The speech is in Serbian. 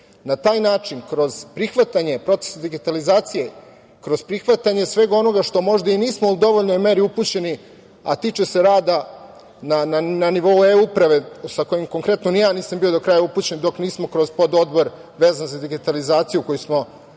taj način kroz prihvatanje procesa digitalizacije, kroz prihvatanje svega onoga što možda i nismo u dovoljnoj meri upućeni, a tiče se rada na nivou eUprave sa kojim konkretno i ja nisam bio do kraja upućen dok nismo kroz pododbor vezan za digitalizaciju koji smo pre neki